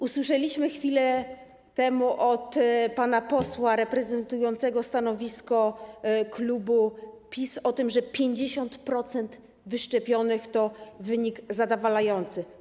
Usłyszeliśmy chwilę temu od pana posła reprezentującego stanowisko klubu PiS o tym, że 50% wyszczepionych to wynik zadowalający.